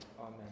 Amen